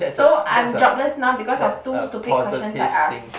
so I'm jobless now because of two stupid questions I ask